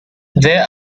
there